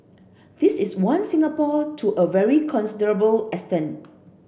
this is one Singapore to a very considerable extent